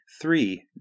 three